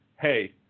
hey